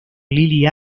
lily